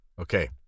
Okay